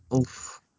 Oof